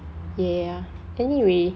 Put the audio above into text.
ya anyway